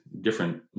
different